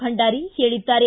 ಭಂಡಾರಿ ಹೇಳಿದ್ದಾರೆ